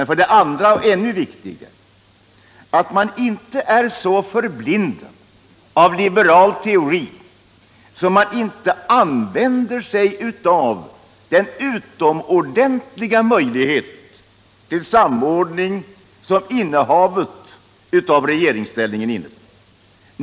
För det andra — och det är ännu viktigare — krävs att man inte är så förblindad av liberal teori att man inte använder sig av den utomordentliga möjlighet till samordning som innehavet av regeringsmakten innebär.